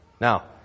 Now